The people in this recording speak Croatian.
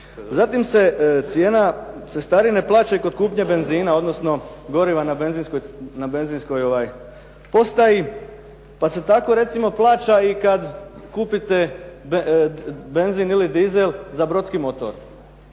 Zatim se cijena cestarine plaća i kod kupnje benzina, odnosno goriva na benzinskoj postaji. Pa se tako recimo plaća kada i kupite benzin ili dizel za brodski motor.